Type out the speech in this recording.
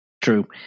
True